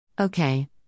Okay